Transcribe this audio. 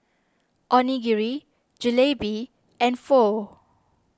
Onigiri Jalebi and Pho